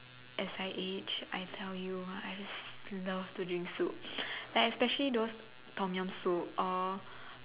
as I age I tell you I love to drink soup like especially Tom-yum soup or